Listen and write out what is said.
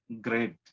Great